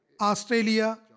Australia